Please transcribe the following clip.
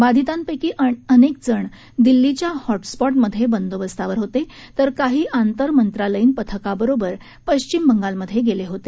बाधितांपैकी अनेकजण दिल्लीच्या हॉटस्पॉट मधे बंदोबस्तावर होते तर काही आंतरमंत्रालयीन पथकाबरोबर पश्चिम बंगालमधे गेले होते